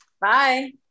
Bye